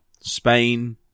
Spain